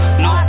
no